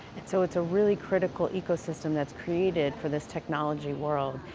so it's a really critical ecosystem that's created for this technology world.